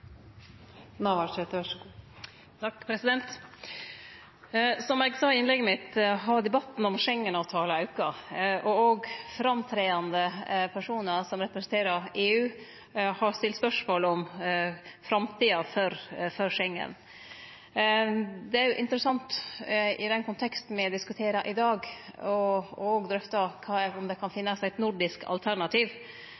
Som eg sa i innlegget mitt, har debatten om Schengen-avtalen auka, og òg framtredande personar som representerer EU, har stilt spørsmål om framtida for Schengen. Det er jo interessant i den konteksten me diskuterer i dag, òg å drøfte om det kan